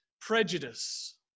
prejudice